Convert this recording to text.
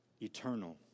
eternal